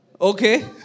Okay